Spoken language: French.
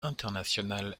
internationale